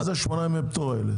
מה זה שמונה ימי פטור האלה?